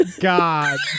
God